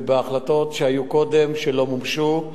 ובהחלטות שהיו קודם שלא מומשו,